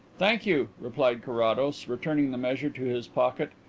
thank you, replied carrados, returning the measure to his pocket,